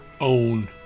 own